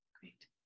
Great